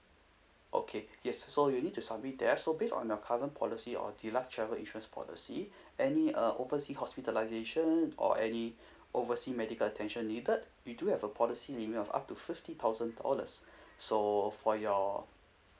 okay yes so you need to submit that so based on your current policy or the last travel insurance policy any uh oversea hospitalisation or any oversea medical attention needed we do have a policy limit of up to fifty thousand dollars so for your